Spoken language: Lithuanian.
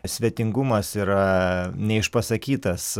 svetingumas yra neišpasakytas